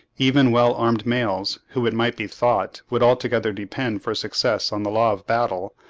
even well-armed males, who, it might be thought, would altogether depend for success on the law of battle,